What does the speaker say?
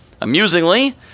Amusingly